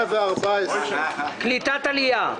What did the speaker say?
114. קליטת עלייה.